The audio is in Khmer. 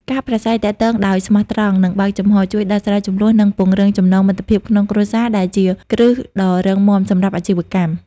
ការប្រាស្រ័យទាក់ទងដោយស្មោះត្រង់ និងបើកចំហរ ជួយដោះស្រាយជម្លោះ និងពង្រឹងចំណងមិត្តភាពក្នុងគ្រួសារ ដែលជាគ្រឹះដ៏រឹងមាំសម្រាប់អាជីវកម្ម។